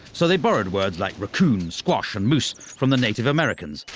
so they borrowed words like raccoon squash and moose from the native americans,